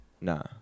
Nah